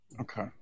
Okay